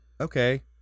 Okay